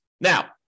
Now